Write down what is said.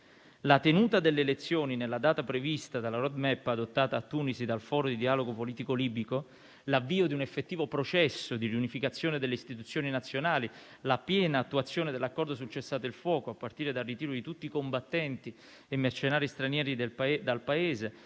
La tenuta delle elezioni nella data prevista dalla *road map* adottata a Tunisi dal foro di dialogo politico libico, l'avvio di un effettivo processo di riunificazione delle Istituzioni nazionali, la piena attuazione dell'accordo sul cessate il fuoco a partire dal ritiro di tutti i combattenti e mercenari stranieri dal Paese,